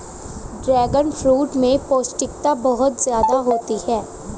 dragon fruit में पौष्टिकता बहुत ज्यादा होती है